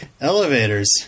Elevators